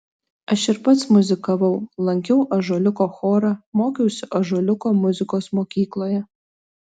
aš ir pats muzikavau lankiau ąžuoliuko chorą mokiausi ąžuoliuko muzikos mokykloje